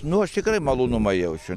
nu aš tikrai malonumą jaučiu